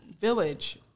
village